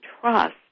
trust